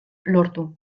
lortu